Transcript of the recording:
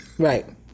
Right